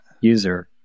user